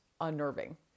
unnerving